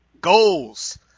Goals